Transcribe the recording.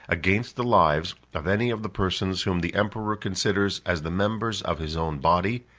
against the lives of any of the persons whom the emperor considers as the members of his own body,